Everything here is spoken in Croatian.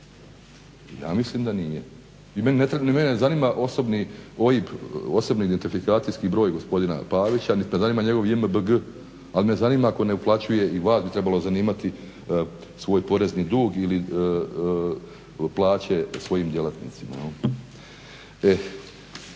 Ja mislim da nije. Mene ne zanima OIB, osobni identifikacijski broj gospodina Pavića, nit me zanima njegov JMBG ali me zanima tko ne uplaćuje i vas bi trebalo zanimati svoj porezni dug ili plaće svojim djelatnicima.